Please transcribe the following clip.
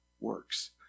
works